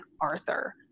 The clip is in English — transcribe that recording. Arthur